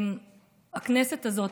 הכנסת הזאת,